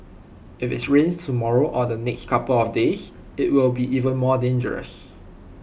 if it's rains tomorrow or the next couple of days IT will be even more dangerous